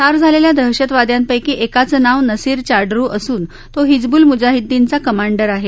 ठार झालेल्या दहशतवाद्यांपैकी एकाच नाव नसीर चाडरु असून तो हिजबूल मुझाहिदिनचा कमांडर आहे